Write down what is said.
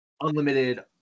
unlimited